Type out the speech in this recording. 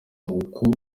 uko